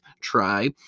try